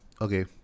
Okay